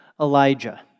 Elijah